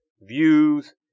views